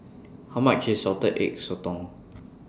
How much IS Salted Egg Sotong